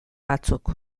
batzuk